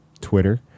Twitter